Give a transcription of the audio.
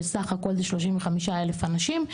שסך הכל זה 35,000 אנשים,